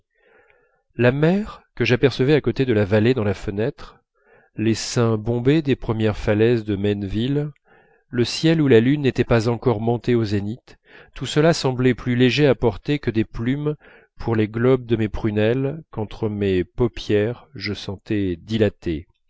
la mer que j'apercevais à côté de la vallée dans la fenêtre les seins bombés des premières falaises de maineville le ciel où la lune n'était pas encore montée au zénith tout cela semblait plus léger à porter que des plumes pour les globes de mes prunelles qu'entre mes paupières je sentais dilatés